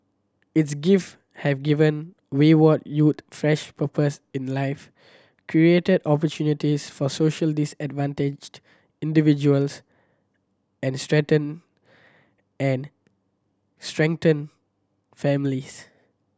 its gift have given wayward youth fresh purpose in life created opportunities for socially disadvantaged individuals and strengthened and strengthened families